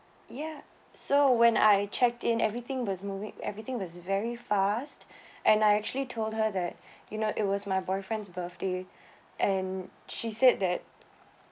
ya so when I checked in everything was moving everything was very fast and I actually told her that you know it was my boyfriend's birthday and she said that